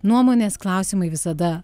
nuomonės klausimai visada